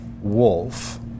wolf